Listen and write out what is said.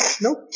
Nope